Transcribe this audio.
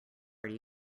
party